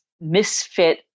misfit